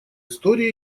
истории